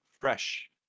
Fresh